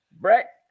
Brett